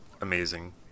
amazing